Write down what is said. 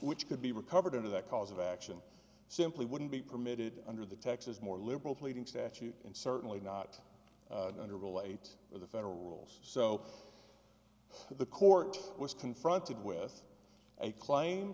which could be recovered into the cause of action simply wouldn't be permitted under the texas more liberal pleading statute and certainly not under relate to the federal rules so the court was confronted with a claim